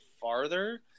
farther